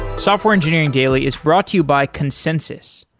software engineering daily is brought to you by consensys.